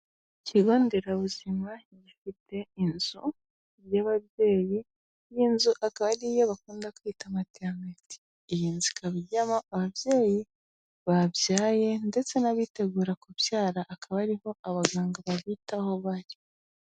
Ikigo nderabuzima gifite inzu y'ababyeyi, iy'inzu akaba ariyo bakunda kwita matereneti , iyi nzu ikaba ijyamo ababyeyi babyaye ndetse n'abitegura kubyara akaba ariho abaganga babitaho bari.